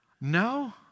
No